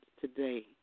today